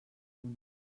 punt